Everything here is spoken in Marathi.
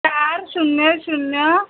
चार शून्य शून्य